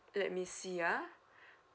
let me see ah